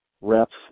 reps